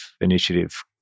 initiative